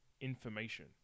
information